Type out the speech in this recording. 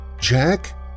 Jack